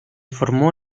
formó